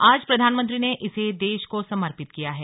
आज प्रधानमंत्री ने इसे देश को समर्पित किया है